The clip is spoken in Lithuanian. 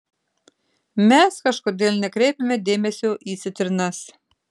mes kažkodėl nekreipiame dėmesio į citrinas